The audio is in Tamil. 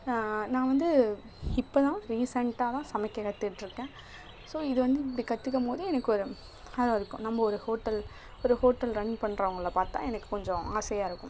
நான் வந்து இப்போதான் ரீசென்டாகதான் சமைக்க கற்றுட்ருக்கேன் ஸோ இது வந்து இப்படி கற்றுக்கம்போது எனக்கு ஒரு நல்லாயிருக்கும் நம்ம ஒரு ஹோட்டல் ஒரு ஹோட்டல் ரன் பண்ணுறவங்கள பார்த்தா எனக்கு கொஞ்சம் ஆசையாக இருக்கும்